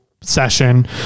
session